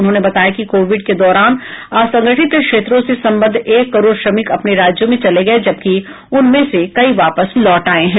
उन्होंने बताया कि कोविड के दौरान असंगठित क्षेत्रों से सम्बद्ध एक करोड श्रमिक अपने राज्यों में चले गए जबकि उनमें से कई वापस लौट आए हैं